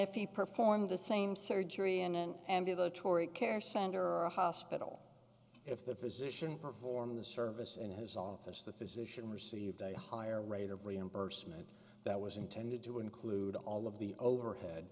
if he performed the same surgery in an ambulatory care center or a hospital if the physician performed the service in his office the physician received a higher rate of reimbursement that was intended to include all of the overhead